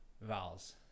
vowels